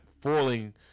falling